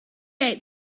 ate